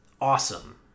awesome